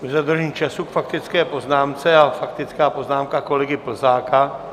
Děkuji za dodržení času k faktické poznámce a faktická poznámka kolegy Plzáka.